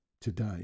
today